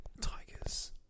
tigers